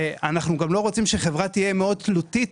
אנחנו גם לא רוצים שחברה תהיה מאוד תלותית